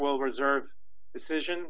will reserve decision